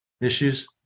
issues